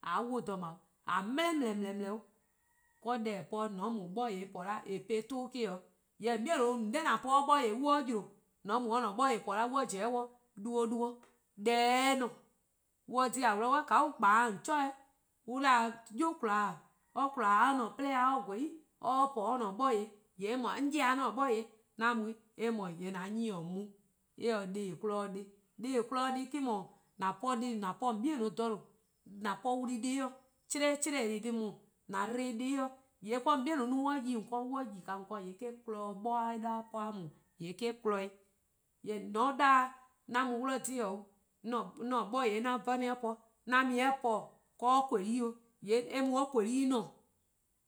:A 'wluh-a :dha 'o :a dele: :delee: 'o. Deh :eh po-a :mor :on mu 'de 'bor-yor-eh po 'da :eh po-eh ton eh-: 'o. Jorwor: :on 'bei' :on 'da :an po 'de 'bor-yor-eh: :mor on 'yle, :mor :on mu 'de :an-a' 'bor-yor-eh: po 'da :mor 'on pobo 'de duo duo deh se 'de :ne, on :dhe-dih :ka on kpa-a 'de :on 'chore, on 'da 'yu :korn or-a' 'plea or :gweh-a 'i, or :po-a 'de or-a'a: 'bor-yor-eh:, :yee' eh :mor 'on 'ye-a 'an 'bor-yor-eh:, 'an mu-', eh :mor :yee' :an-a' 'nyne-a mu. Eh :se deh+ :en kpon-a dih-a deh. Deh+ :en kpon-dih deh me-: 'du :an po :on 'bei' :dha :due', :an po wlu+ deh+-dih, 'chle-chlee-deh+ dbo-ih deh+-dih, :yee' :kaa :on 'bei'-a no an yi :on 'ken, :yee' :mor on yi :on 'ken :yee' eh-: kpon-dih 'bor-a po-a :daa :yee' eh-: kpon-dih eh. Jorwor: :mor :on 'da 'an mu-dih :dhe 'o 'an 'bor-yor-eh: 'an 'bhorn 'on 'ye-a 'de :po 'an mu-eh 'de :po 'de :kule-' 'o, :yee' eh mu 'de :kule-' :ne.